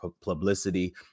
publicity